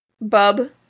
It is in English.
Bub